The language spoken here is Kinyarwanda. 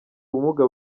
ubumuga